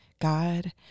God